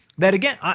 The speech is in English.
that again, ah